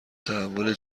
تحول